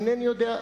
אינני יודע,